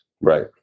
right